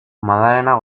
madalenak